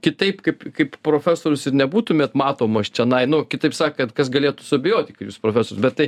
kitaip kaip kaip profesorius ir nebūtumėt matomas čionai nu kitaip sakant kas galėtų suabejoti kad jūs profesorius bet tai